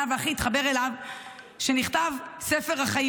ושהוא הכי התחבר אליו הוא שנכתב ספר החיים,